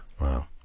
Wow